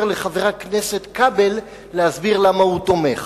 לחבר הכנסת כבל להסביר למה הוא תומך,